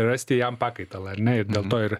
rasti jam pakaitalą ar ne ir dėl to ir